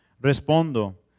Respondo